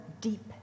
deep